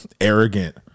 arrogant